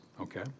okay